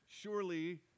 Surely